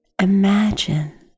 Imagine